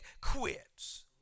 quits